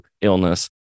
illness